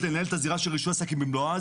לנהל את הזירה של רישוי עסקים במלואה,